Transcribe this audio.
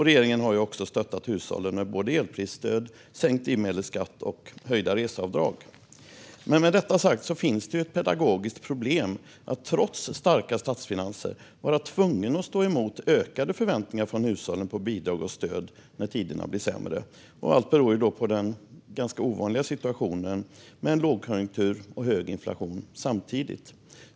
Regeringen har också stöttat hushållen med både elprisstöd, sänkt drivmedelsskatt och höjda reseavdrag. Med detta sagt finns ett pedagogiskt problem att trots starka statsfinanser vara tvungen att stå emot ökade förväntningar från hushållen på bidrag och stöd när tiderna blir sämre. Allt beror på den ganska ovanliga situationen med en lågkonjunktur och hög inflation samtidigt.